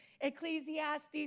Ecclesiastes